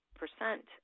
percent